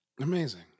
Amazing